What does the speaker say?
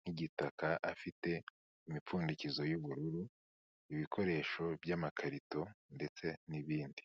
nk'igitaka, afite imipfundikizo y'ubururu, ibikoresho by'amakarito ndetse n'ibindi.